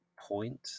point